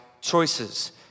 choices